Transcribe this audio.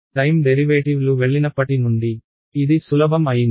time డెరివేటివ్లు వెళ్లినప్పటి నుండి ఇది సులభం అయింది